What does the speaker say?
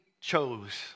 chose